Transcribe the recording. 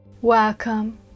Welcome